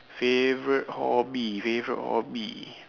favourite hobby favourite hobby